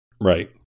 Right